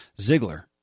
Ziggler